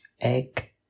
egg